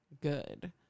good